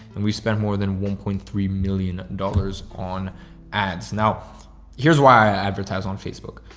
and we spent more than one point three million dollars on ads. now here's why i advertise on facebook.